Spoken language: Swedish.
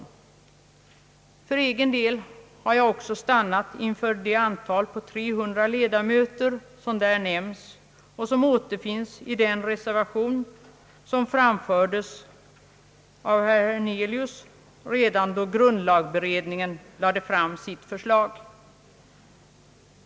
För egen del har jag också stannat inför det antal på 300 ledamöter som där nämns och som återfinns i den reservation vilken framfördes av herr Hernelius redan då grundlagberedningen lade fram sitt förslag.